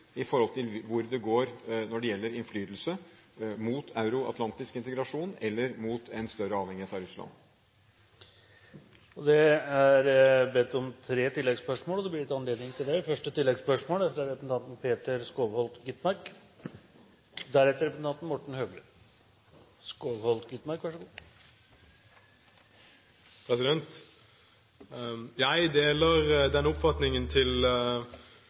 i forhold til hvor det går når det gjelder innflytelse – mot euroatlantisk integrasjon eller mot større avhengighet av Russland. Det blir gitt anledning til tre oppfølgingsspørsmål – først representanten Peter Skovholt Gitmark. Jeg deler den oppfatningen til spørreren at det har vært lite ny politikk fra